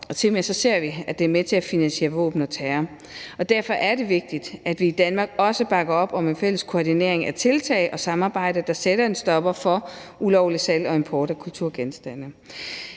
Tilmed ser vi, at det er med til at finansiere våben og terror. Derfor er det vigtigt, at vi i Danmark også bakker op om en fælles koordinering af tiltag og samarbejde, der sætter en stopper for ulovligt salg og import af kulturgenstande.